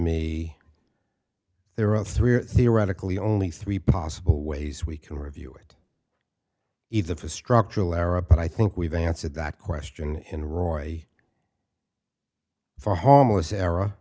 me there are three or theoretically only three possible ways we can review it either for structural era but i think we've answered that question in roy for homeless era